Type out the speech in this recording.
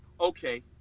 okay